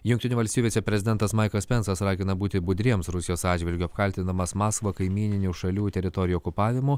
jungtinių valstijų viceprezidentas maiklas pensas ragina būti budriems rusijos atžvilgiu apkaltindamas maskvą kaimyninių šalių teritorijų okupavimu